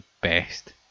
best